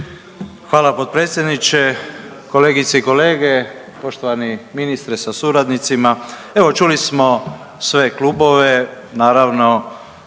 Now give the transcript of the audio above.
Hvala potpredsjedniče. Kolegice i kolege, poštovani ministre sa suradnicima. Evo čuli smo sve klubovi, naravno